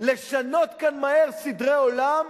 לשנות כאן מהר סדרי עולם,